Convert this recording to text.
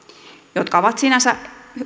jotka ovat sinänsä